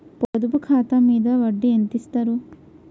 పొదుపు ఖాతా మీద వడ్డీ ఎంతిస్తరు?